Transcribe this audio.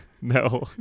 No